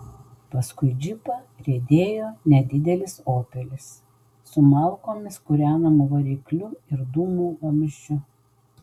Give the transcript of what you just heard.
paskui džipą riedėjo nedidelis opelis su malkomis kūrenamu varikliu ir dūmų vamzdžiu